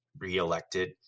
reelected